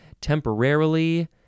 temporarily